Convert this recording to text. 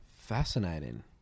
Fascinating